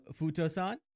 Futo-san